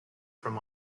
from